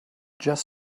just